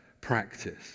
practice